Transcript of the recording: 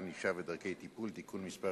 ענישה ודרכי טיפול) (תיקון מס'